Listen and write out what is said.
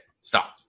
stop